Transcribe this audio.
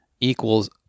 equals